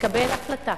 לקבל החלטה